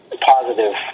positive